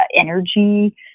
energy